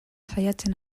saiatzen